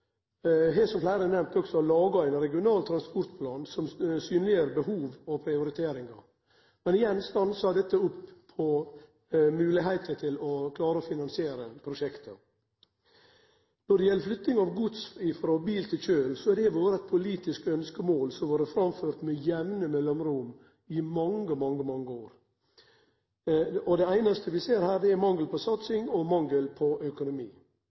har – som fleire har nemnt – også laga ein regional transportplan som synleggjer behov og prioriteringar. Men igjen stansar dette opp på grunn av moglegheiter til å klare å finansiere prosjekta. Når det gjeld flytting av gods frå bil til kjøl, har det vore eit politisk ønskemål som har vore framført med jamne mellomrom i mange, mange år. Det einaste vi ser her, er mangel på satsing og mangel på økonomi.